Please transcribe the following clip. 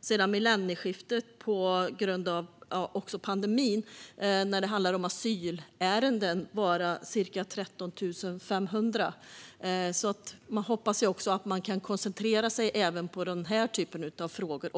sedan millennieskiftet - ca 13 500. Låt oss hoppas att det då finns utrymme att koncentrera sig på den här typen av frågor.